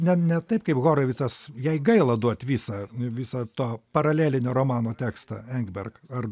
ne ne taip kaip horovicas jai gaila duot visą visą to paralelinio romano tekstą engberk ar